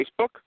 Facebook